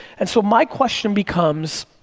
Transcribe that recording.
and so, my question becomes,